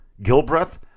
Gilbreth